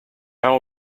how